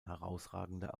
herausragender